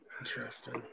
interesting